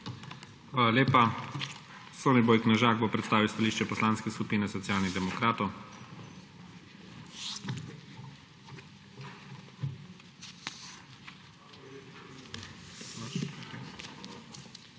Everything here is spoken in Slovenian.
Hvala lepa. Soniboj Knežak bo predstavil stališče Poslanske skupine Socialnih demokratov. **SONIBOJ